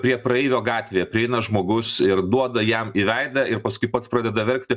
prie praeivio gatvėje prieina žmogus ir duoda jam į veidą ir paskui pats pradeda verkti